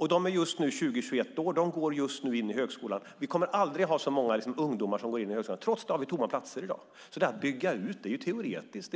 Dessa ungdomar är just nu 20-21 år och går in i högskolan. Vi kommer aldrig att ha så många ungdomar som går in i högskolan, och trots detta har vi tomma platser i dag. Att bygga ut är alltså teoretiskt.